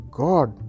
god